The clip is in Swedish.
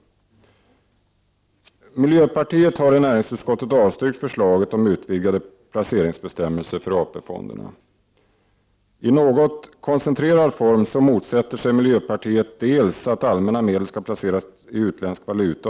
Miljöpartiet har i näringsutskottet avstyrkt förslaget om utvidgade placeringsbestämmelser för AP-fonderna. I något koncentrerad form motsätter sig miljöpartiet att allmänna medel skall placeras i utländsk valuta.